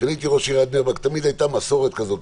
כשהייתי ראש עיריית בני ברק תמיד הייתה מסורת כזאת,